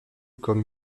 comme